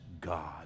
god